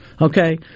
okay